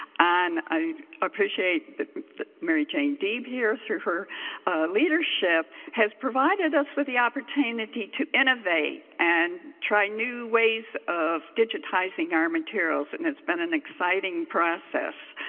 and i appreciate mary jane deeb here through her leadership has provided us with the opportunity to innovate and try new ways of digitizing our materials. and it's been an exciting process.